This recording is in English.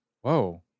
whoa